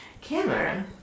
camera